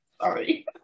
Sorry